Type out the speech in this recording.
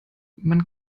man